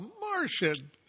Martian